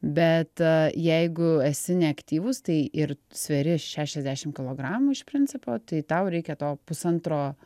bet jeigu esi neaktyvūs tai ir sveri šešiasdešimt kilogramų iš principo tai tau reikia to pusantro